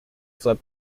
flood